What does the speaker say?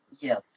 Yes